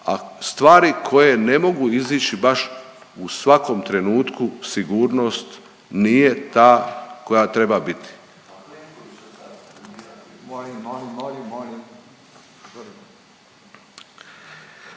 stvari koje ne mogu izići baš u svakom trenutku sigurnost nije ta koja treba biti.